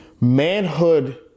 manhood